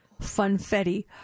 funfetti